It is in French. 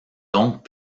donc